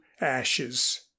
ashes